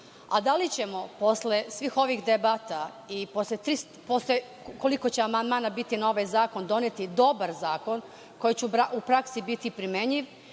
a da li ćemo posle svih ovih debata i koliko će amandmana biti na ovaj zakon doneti dobar zakon, koji će u praksi biti primenjiv